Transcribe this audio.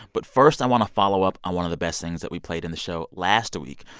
but first, i want to follow up on one of the best things that we played in the show last week.